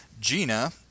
Gina